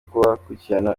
kubakurikiranira